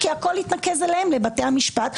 כי הכול יתנקז אליהם לבתי המשפט,